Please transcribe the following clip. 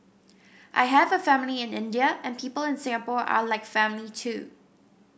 I have a family in India and people in Singapore are like family too